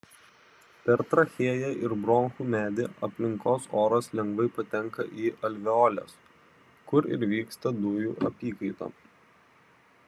per trachėją ir bronchų medį aplinkos oras lengvai patenka į alveoles kur ir vyksta dujų apykaita